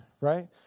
right